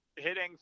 hitting